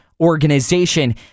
organization